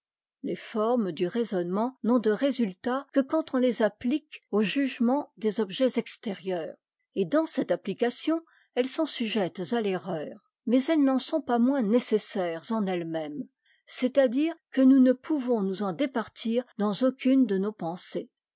les formes du raisonnement n'ont de résultat que quand on les applique au jugement des objets extérieurs et dans cette application elles sont sujettes à l'erreur mais elles n'en sont pas moins nécessaires en elles-mêmes c'est-à-dire que nous ne pouvons nous en départir dans aucune de nos pensées